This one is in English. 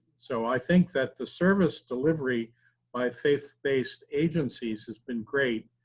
so, i think that the service delivery by faith based agencies has been great.